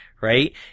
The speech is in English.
right